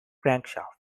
crankshaft